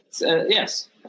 Yes